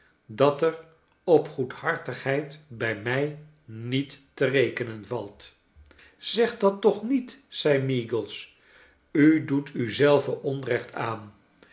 dat er op goedhartigheid bij mij niet te rekenen valt zeg dat toch niet zei meagles u doet u zelve onrecht aan